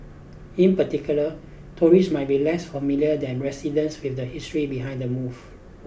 in particular tourists might be less familiar than residents with the history behind the move